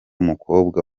mukobwa